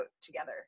together